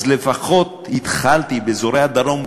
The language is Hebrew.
אז לפחות התחלתי באזורי הדרום,